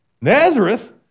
Nazareth